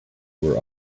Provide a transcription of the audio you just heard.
were